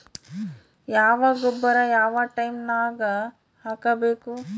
ಯಾವ ಗೊಬ್ಬರ ಯಾವ ಟೈಮ್ ನಾಗ ಹಾಕಬೇಕು?